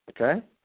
Okay